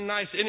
Nice